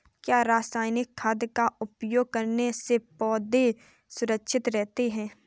क्या रसायनिक खाद का उपयोग करने से पौधे सुरक्षित रहते हैं?